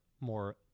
more